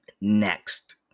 Next